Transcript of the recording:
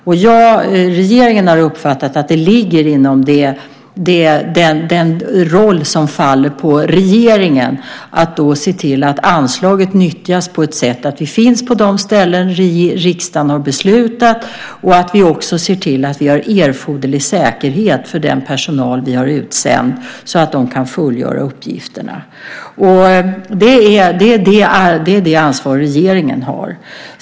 Och regeringen har uppfattat att det är regeringens roll att se till att anslaget nyttjas på ett sådant sätt att vi finns på de ställen som riksdagen har beslutat om och att vi också ser till att vi har erforderlig säkerhet för den personal som vi har utsänd så att den kan fullgöra uppgifterna. Det är det ansvar som regeringen har.